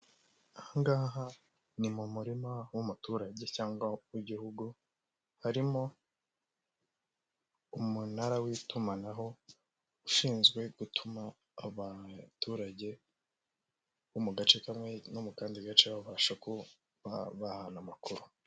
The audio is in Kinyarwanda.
Ahangaha ni mu murima w'umuturage cyangwa w'igihugu, harimo umunara w'itumanaho ushinzwe gutuma abaturage bo mu gace kamwe no mu kandi gace babasha kuba bahana amakuru.